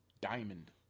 diamond